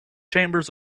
chambers